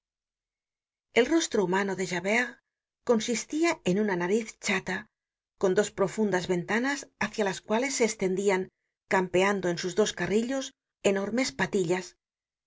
el rostro humano de javert consistia en una nariz chata con dos profundas ventanas hácia las cuales se estendian campeando en sus dos carrillos enormes patillas